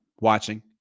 Watching